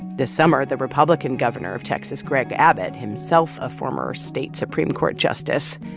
this summer, the republican governor of texas, greg abbott, himself a former state supreme court justice,